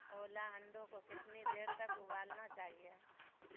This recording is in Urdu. اولا انڈوں کو کتنی دیر تک ابالنا چاہیے